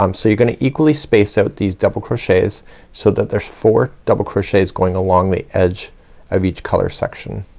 um so you're gonna equally space out these double crochets so that there's four double crochets going along the edge of each color section.